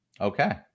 Okay